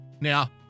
Now